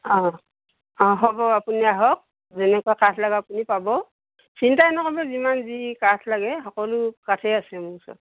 অঁ অঁ হ'ব আপুনি আহক যেনেকুৱা কাজ লাগে আপুনি পাব চিন্তাই নকৰিব যিমান যি কাঠ লাগে সকলো কাঠেই আছে মোৰ ওচৰত